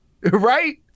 Right